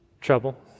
Trouble